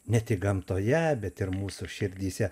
ne tik gamtoje bet ir mūsų širdyse